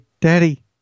Daddy